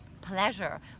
pleasure